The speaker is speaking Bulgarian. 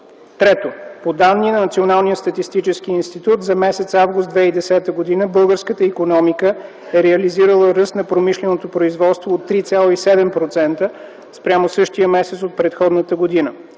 Трето, по данни на Националния статистически институт за м. август 2010 г. българската икономика е реализирала ръст на промишленото производство от 3,7% спрямо същия месец от предходната година.